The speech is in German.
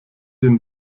den